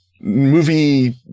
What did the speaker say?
movie